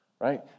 Right